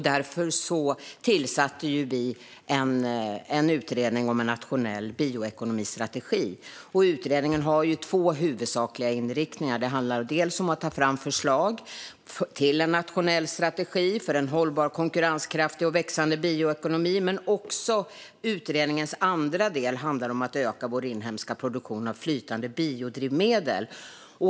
Därför tillsatte vi en utredning om en nationell bioekonomistrategi. Utredningen har två huvudsakliga inriktningar. Det handlar dels om att ta fram förslag till en nationell strategi för en hållbar konkurrenskraftig och växande bioekonomi, dels om att öka vår inhemska produktion av flytande biodrivmedel.